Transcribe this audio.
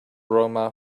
aroma